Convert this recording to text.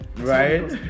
right